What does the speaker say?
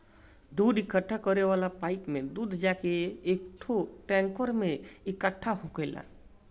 दूध इकट्ठा करे वाला पाइप से दूध जाके एकठो टैंकर में इकट्ठा होखेला